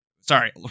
Sorry